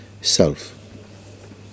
self